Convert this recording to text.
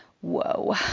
whoa